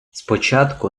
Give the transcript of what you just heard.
спочатку